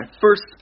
first